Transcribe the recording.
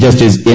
justice N